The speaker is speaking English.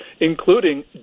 including